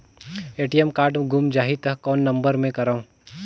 ATM card गुम जाही त कौन नम्बर मे करव?